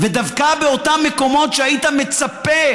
ודווקא באותם מקומות שהיית מצפה